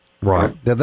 Right